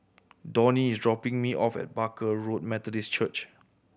Donnie is dropping me off at Barker Road Methodist Church